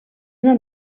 una